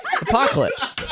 Apocalypse